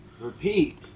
repeat